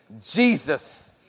Jesus